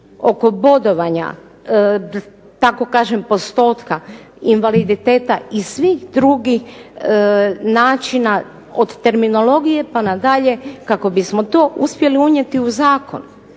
oko bodovanja, tako kažem postotka invaliditeta i svih drugih načina od terminologije, pa nadalje kako bismo to uspjeli unijeti u zakon.